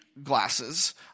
glasses